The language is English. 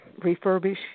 refurbish